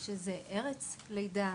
שזה ארץ לידה,